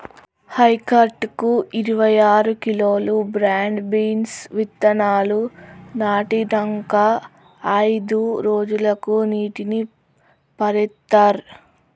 hectare కు ఇరవై ఆరు కిలోలు బ్రాడ్ బీన్స్ విత్తనాలు నాటినంకా అయిదు రోజులకు నీటిని పారిత్తార్